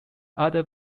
other